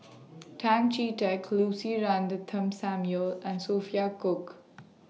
Tan Chee Teck Lucy Ratnammah Samuel and Sophia Cooke